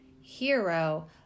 hero